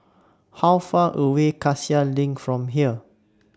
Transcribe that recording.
How Far away Cassia LINK from here